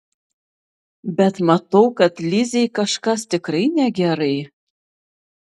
bet matau kad lizei kažkas tikrai negerai